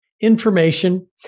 information